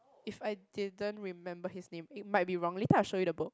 if I didn't remember his name it might be wrong later I show you the book